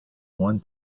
one